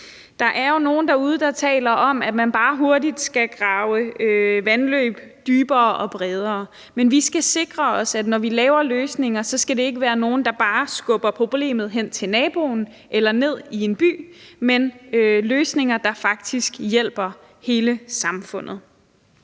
Der er jo nogle derude, der taler om, at man bare hurtigt skal grave vandløb dybere og bredere, men vi skal sikre os, at når vi laver løsninger, skal det ikke være nogen, der bare skubber problemet hen til naboen eller ned i en by, men løsninger der faktisk hjælper hele samfundet.